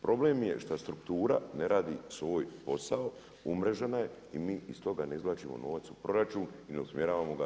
Problem je šta struktura ne radi svoj posao, umrežena je i mi iz toga ne izvlačimo novac u proračun i ne usmjeravamo ga.